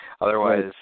Otherwise